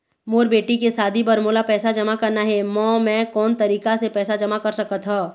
मोर बेटी के शादी बर मोला पैसा जमा करना हे, म मैं कोन तरीका से पैसा जमा कर सकत ह?